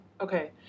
Okay